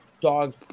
dog